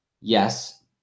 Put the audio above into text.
yes